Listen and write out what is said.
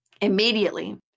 Immediately